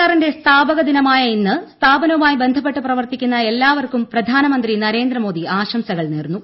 ആറിന്റെ സ്ഥാപക ദിനമായ ഇന്ന് സ്ഥാപനവുമായി ബന്ധപ്പെട്ട് പ്രവർത്തിക്കുന്ന എല്ലാവർക്കും പ്രധാനമന്ത്രി നരേന്ദ്രമോദി ആശംസകൾ നേർന്നു